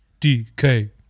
DK